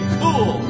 cool